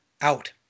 out